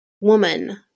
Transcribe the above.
woman